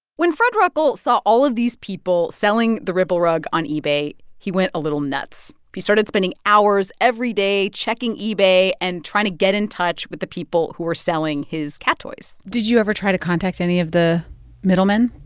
when fred ruckel saw all of these people selling the ripple rug on ebay, he went a little nuts. he started spending hours every day checking ebay and trying to get in touch with the people who were selling his cat toys did you ever try to contact any of the middlemen?